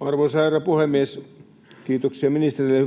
Arvoisa herra puhemies! Kiitoksia ministerille